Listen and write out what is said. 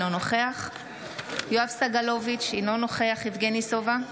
אינו נוכח יואב סגלוביץ' אינו נוכח יבגני סובה,